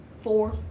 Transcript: four